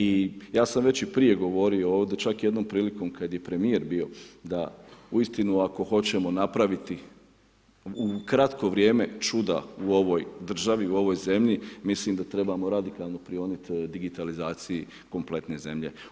I ja sam već i prije govorio ovdje, čak i jednom prilikom, kada je primjer bio, da, uistinu, ako hoćemo napraviti, u kratko vrijeme, čuda u ovoj državi, u ovoj zemlji, mislimo da trebamo …/Govornik se ne razumije. prionuti digitalizaciji kompletne zemlje.